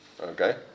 Okay